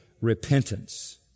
repentance